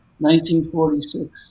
1946